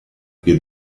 che